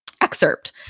excerpt